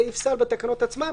סעיף סל בתקנות עצמן,